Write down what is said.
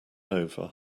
over